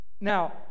Now